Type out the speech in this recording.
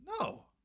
No